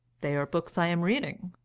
they are books i am reading.